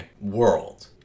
world